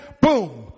Boom